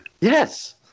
Yes